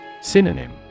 Synonym